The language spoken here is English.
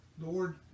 Lord